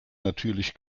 natürlich